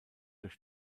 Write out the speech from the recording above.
durch